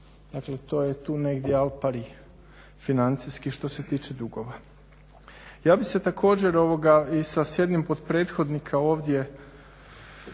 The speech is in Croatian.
Dakle, to je tu negdje al pari financijski što se tiče dugova. Ja bi se također i sa jednim od prethodnika ovdje